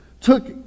took